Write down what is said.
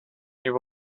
you